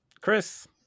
Chris